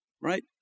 Right